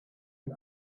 den